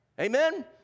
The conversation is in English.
Amen